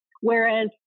Whereas